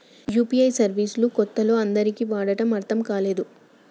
UPI service లు కొత్తలో అందరికీ వాడటం అర్థం కాలేదు